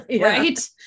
right